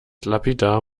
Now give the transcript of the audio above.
lapidar